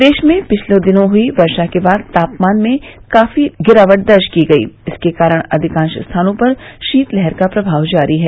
प्रदेश में पिछले दिनों हई वर्षा के बाद तापमान में काफी गिरावट दर्ज की गई इसके कारण अधिकांश स्थानों पर शीतलहर का प्रभाव जारी है